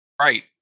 Right